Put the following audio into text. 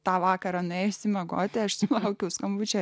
tą vakarą nuėjusi miegoti aš tik laukiu skambučio